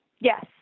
Yes